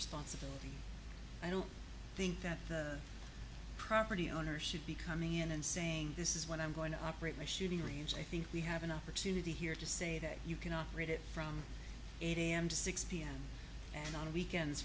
responsibility i don't think that the property owner should be coming in and saying this is what i'm going to operate my shooting range i think we have an opportunity here to say that you can operate it from eight am to six pm and on weekends